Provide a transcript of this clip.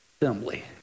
Assembly